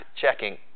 checking